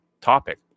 topic